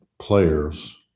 players